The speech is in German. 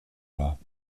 war